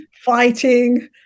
fighting